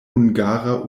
hungara